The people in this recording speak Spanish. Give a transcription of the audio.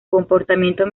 comportamiento